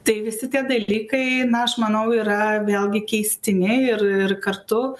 tai visi tie dalykai na aš manau yra vėlgi keistini ir ir kartu